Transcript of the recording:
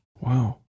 Wow